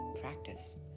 practice